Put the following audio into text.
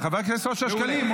חבר הכנסת אושר שקלים.